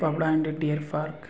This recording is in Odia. and deer park